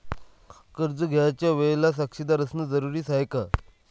कर्ज घ्यायच्या वेळेले साक्षीदार असनं जरुरीच हाय का?